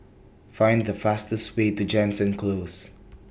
gind The fastest Way to Jansen Close